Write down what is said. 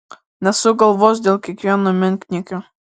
nesuk galvos dėl kiekvieno menkniekio